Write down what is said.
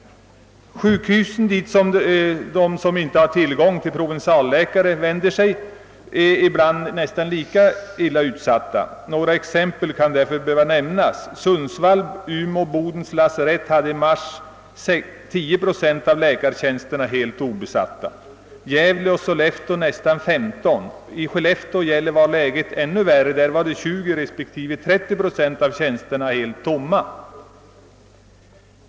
Sjukhusen, dit de som inte har tillgång till provinsialläkare vänder sig, är ibland nästan lika illa utsatta. Några exempel kan därför behövas nämnas. Sundsvalls, Umeå och Bodens lasarett hade i mars 10 procent av läkartjänsterna helt obesatta, Gävle och Sollefteå nästan 15 procent. I Skellefteå och Gällivare var läget ännu värre: där stod 20 respektive 30 procent av tjänsterna helt tomma.